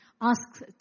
ask